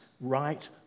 right